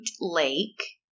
Lake